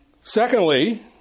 Secondly